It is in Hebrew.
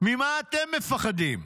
ממה אתם מפחדים?